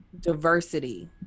diversity